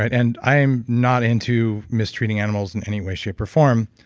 and i am not into mistreating animals in any way, shape, or form,